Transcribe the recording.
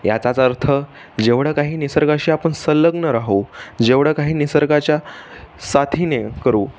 याचाच अर्थ जेवढं काही निसर्गाशी आपण संलग्न राहू जेवढं काही निसर्गाच्या साथीने करू